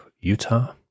Utah